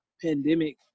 pandemic